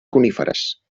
coníferes